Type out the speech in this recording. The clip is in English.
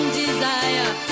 desire